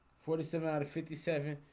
forty seven out of fifty seven.